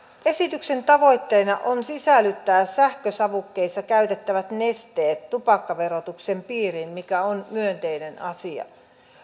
esityksen tavoitteena on sisällyttää sähkösavukkeissa käytettävät nesteet tupakkaverotuksen piiriin mikä on myönteinen asia